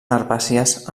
herbàcies